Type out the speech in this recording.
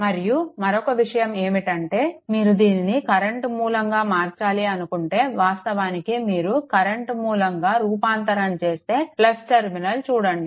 మరియు మరొక విషయం ఏమిటంటే మీరు దానిని కరెంట్ మూలంగా మార్చాలి అనుకుంటే వాస్తవానికి మీరు కరెంట్ మూలంగా రూపాంతరం చేస్తే టర్మినల్ చూడండి